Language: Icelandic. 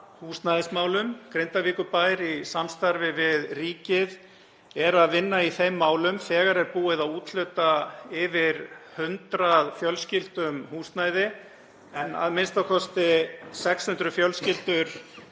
húsnæðismálum. Grindavíkurbær, í samstarfi við ríkið, er að vinna í þeim málum. Þegar er búið að úthluta yfir 100 fjölskyldum húsnæði en a.m.k. 600 fjölskyldur